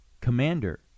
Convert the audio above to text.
commander